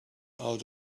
out